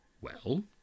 Well